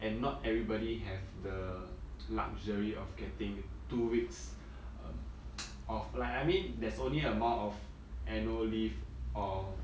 and not everybody have the luxury of getting two weeks um of like I mean there's only amount of annual leave or